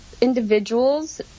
Individuals